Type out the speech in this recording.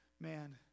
Man